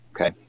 Okay